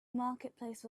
marketplace